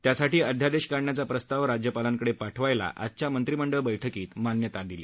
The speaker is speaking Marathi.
त्यासाठी अध्यादेश काढण्याचा प्रस्ताव राज्यपालांकडे पाठवायला आजच्या मंत्रिमंडळ बैठकीत मान्यता देण्यात आली